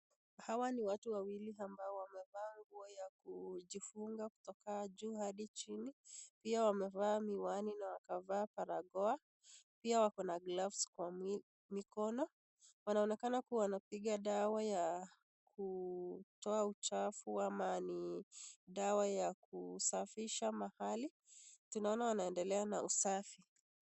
Hawa ni watu wawili ambao wamevaa nguo ya kujifunga kutoka juu adi chini pia wamevaa miwani na waka vaa barakoa pia wakona gloves kwa mikono. Wana onekana wakipiga dawa ya kutoa uchafu ama ni dawa ya kusafisha mahali, tuna ona wana endelea na usafi.